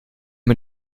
man